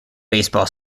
baseball